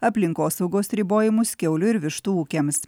aplinkosaugos ribojimus kiaulių ir vištų ūkiams